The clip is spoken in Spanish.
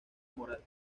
moral